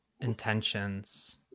intentions